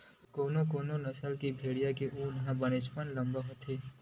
कोनो कोनो नसल के भेड़िया के ऊन ह बनेचपन लाम होथे